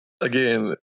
again